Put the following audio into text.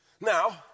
Now